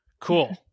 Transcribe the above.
cool